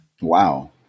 Wow